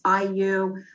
IU